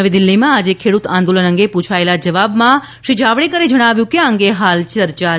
નવી દિલ્ફીમાં આજે ખેડૂત આંદોલન અંગે પૂછાયેલા જવાબમાં શ્રી જાવડેકરે જણવ્યું કે આ અંગે હાલ ચર્ચા ચાલુ છે